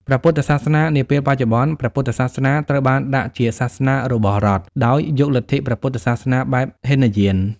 ព្រះពុទ្ធសាសនានាពេលបច្ចុប្បន្ន៖ព្រះពុទ្ធសាសនាត្រូវបានដាក់ជាសាសនា របស់រដ្ឋ ដោយយកលទ្ធិព្រះពុទ្ធសាសនាបែបហីនយាន ។